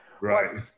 Right